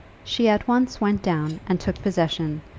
she at once went down and took possession,